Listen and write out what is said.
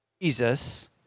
Jesus